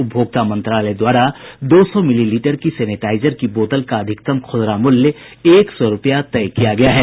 उपभोक्ता मंत्रालय द्वारा दो सौ मिलीलीटर की सेनिटाइजर की बोतल का अधिकतम खूदरा मूल्य एक सौ रुपया तय किया गया है